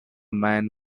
man